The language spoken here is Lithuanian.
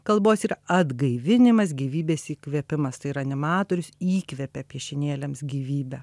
kalbos yra atgaivinimas gyvybės įkvėpimas tai ir animatorius įkvepia piešinėliams gyvybę